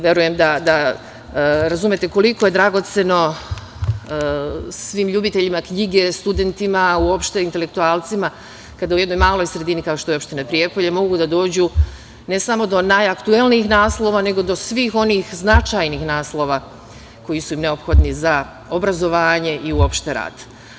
Verujem da razumete koliko je dragoceno svim ljubiteljima knjige, studentima, uopšte intelektualcima, kada u jednoj maloj sredini kao što je opština Prijepolje, mogu da dođu ne samo do najaktuelnijih naslova, nego do svih onih značajnih naslova koji su im neophodni za obrazovanje i uopšte rad.